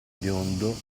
biondo